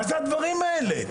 מה זה הדברים האלה?